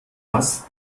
das